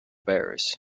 bears